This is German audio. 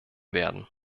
werden